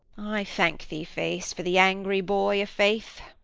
i thank thee, face, for the angry boy, i'faith.